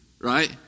Right